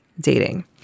dating